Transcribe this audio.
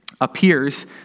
appears